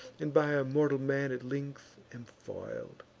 and by a mortal man at length am foil'd.